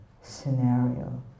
scenario